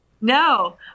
No